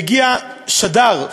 הגיע שד"ר,